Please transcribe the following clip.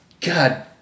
God